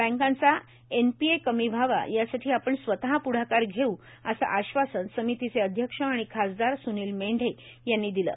बँकांचा एनपीए कमी व्हावा यासाठी आपण स्वतः पुढाकार घेऊ असं आश्वासन समितीचे अध्यक्ष आणि खासदार सुविल मेंढे यांनी दिले